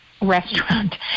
restaurant